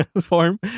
form